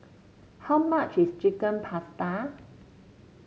how much is Chicken Pasta